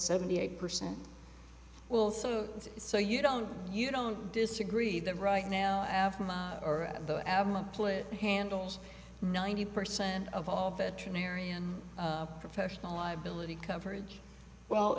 seventy eight percent well so and so you don't you don't disagree that right now after or at the avalon play it handles ninety percent of all veterinarian professional liability coverage well